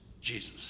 Jesus